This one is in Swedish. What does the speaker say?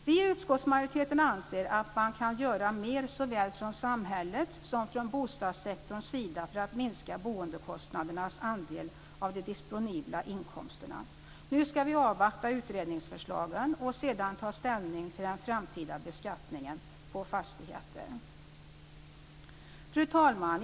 Vi i utskottsmajoriteten anser att man kan göra mer såväl från samhällets som från bostadssektorns sida för att minska boendekostnadernas andel av de disponibla inkomsterna. Nu ska vi avvakta utredningsförslagen och sedan ta ställning till den framtida beskattningen på fastigheter. Fru talman!